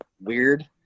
weird